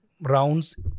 rounds